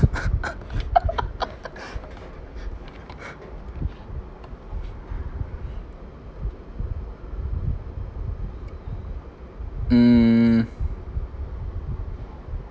mm